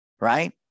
right